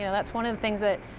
yeah that's one of the things that,